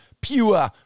pure